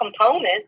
components